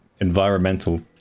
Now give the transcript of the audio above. environmental